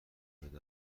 مورد